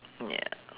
ya